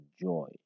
joy